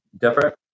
different